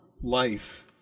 life